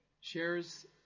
shares